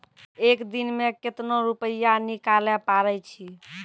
एक दिन मे केतना रुपैया निकाले पारै छी?